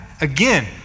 Again